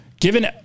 Given